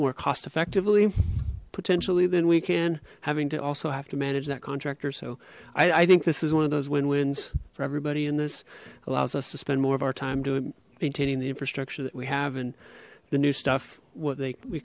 more cost effectively potentially then we can having to also have to manage that contractor so i think this is one of those win wins for everybody in this allows us to spend more of our time maintaining the infrastructure that we have and the new stuff what they we